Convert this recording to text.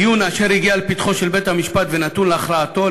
דיון אשר הגיע לפתחו של בית-המשפט ונתון להכרעתו,